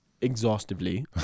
exhaustively